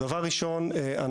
של האיגוד,